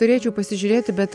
turėčiau pasižiūrėti bet